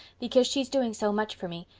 because she's doing so much for me.